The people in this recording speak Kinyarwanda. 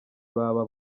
baba